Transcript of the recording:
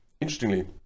interestingly